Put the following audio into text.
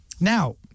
Now